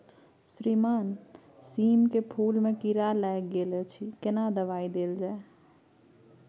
श्रीमान सीम के फूल में कीरा लाईग गेल अछि केना दवाई देल जाय?